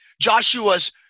Joshua's